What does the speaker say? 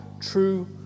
true